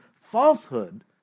falsehood